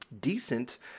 decent